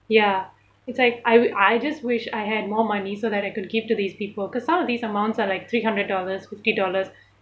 ya it's like I I just wish I had more money so that I could give to these people because some of these amounts are like three hundred dollars fifty dollars